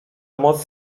moc